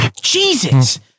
Jesus